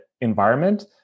environment